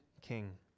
king